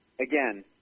again